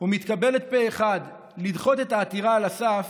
ומתקבלת פה אחד, לדחות את העתירה על הסף,